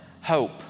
hope